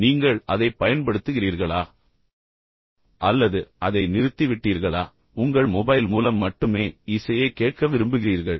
இப்போது நீங்கள் அதைப் பயன்படுத்துகிறீர்களா அல்லது அதை நிறுத்திவிட்டீர்களா பின்னர் உங்கள் மொபைல் மூலம் மட்டுமே இசையைக் கேட்க விரும்புகிறீர்கள்